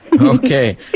Okay